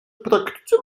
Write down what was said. praktyce